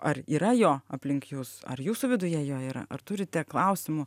ar yra jo aplink jus ar jūsų viduje jo yra ar turite klausimų